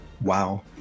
Wow